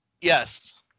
yes